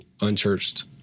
unchurched